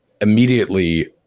immediately